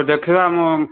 ଦେଖିବା ମୁଁ